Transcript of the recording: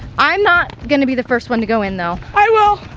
i not gonna be the first one to go in though. i will!